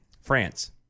France